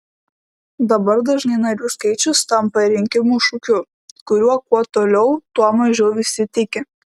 dabar dažnai narių skaičius tampa rinkimų šūkiu kuriuo kuo toliau tuo mažiau visi tiki